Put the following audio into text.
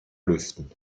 lüften